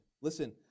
Listen